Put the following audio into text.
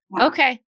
Okay